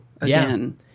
again